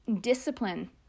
discipline